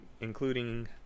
including